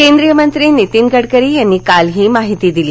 केंद्रीय मंत्री नीतीन गडकरी यांनी काल ही माहिती दिली